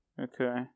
Okay